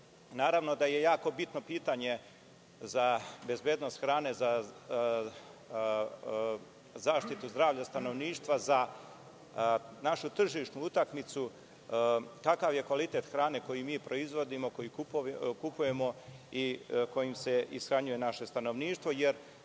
radom. Naravno, da je jako bitno pitanje za bezbednost hrane, za zaštitu zdravlja stanovništva, za našu tržišnu utakmicu, kakav je kvalitet hrane koji mi proizvodimo, koji kupujemo i kojim se ishranjuje naše stanovništvo, jer